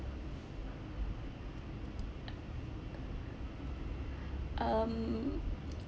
um